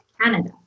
Canada